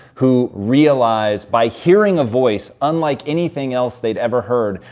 who realize by hearing a voice, unlike anything else they'd ever heard,